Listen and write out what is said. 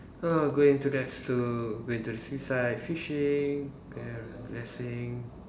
oh going to rest to going to the seaside fishing and resting